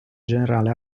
generale